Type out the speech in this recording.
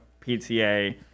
PTA